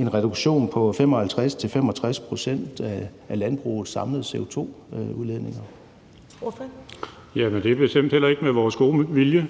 Ordføreren. Kl. 13:01 Peter Seier Christensen (NB): Jamen det er bestemt heller ikke med vores gode vilje,